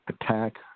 attack